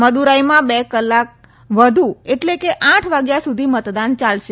મદુરાઇમાં બે કલાક વધુ એટલે કે આઠ વાગ્યા સુધી મતદાન ચાલશે